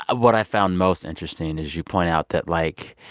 what i found most interesting is you point out that, like,